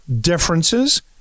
differences